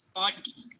body